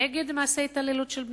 כנגד מעשי התעללות של בני-נוער.